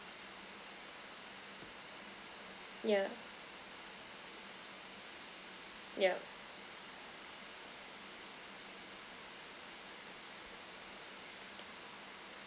yeah yup